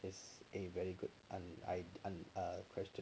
is a very good and eh and um question